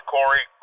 Corey